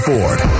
Ford